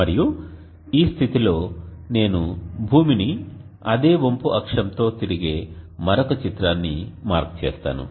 మరియు ఈ స్థితిలో నేను భూమిని అదే వంపు అక్షంతో తిరిగే మరొక చిత్రాన్ని మార్క్ చేస్తాను